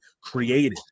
created